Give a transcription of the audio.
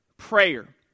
Prayer